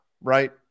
right